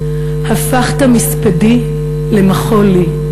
הפכת מספדי למחול לי: